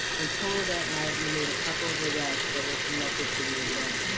in total that night we made a couple of arrests that were connected to the event.